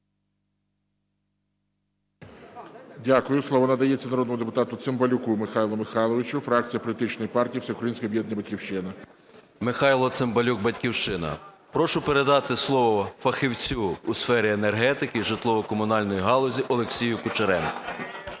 Дякую. Слово надається народному депутату Цимбалюку Михайлу Михайловичу, фракція політичної партії "Всеукраїнське об'єднання "Батьківщина". 10:40:05 ЦИМБАЛЮК М.М. Михайло Цимбалюк, "Батьківщина". Прошу передати слово фахівцю у сфері енергетики, житлово-комунальної галузі Олексію Кучеренку.